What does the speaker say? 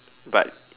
but